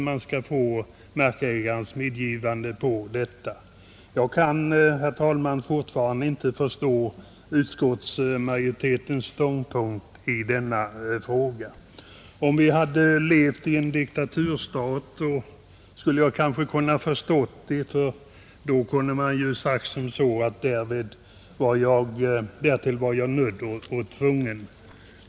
Jag kan, herr talman, fortfarande inte förstå utskottsmajoritetens ståndpunkt i denna fråga. Om vi hade levt i en diktaturstat skulle jag kanske kunnat göra det, ty då kunde man ha sagt som så: Därtill var jag nödd och tvungen.